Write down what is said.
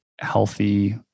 healthy